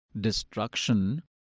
destruction